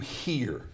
hear